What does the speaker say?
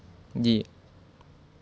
yeah